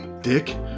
dick